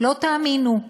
לא תאמינו,